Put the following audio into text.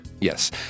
Yes